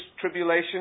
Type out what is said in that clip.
tribulation